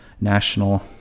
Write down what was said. national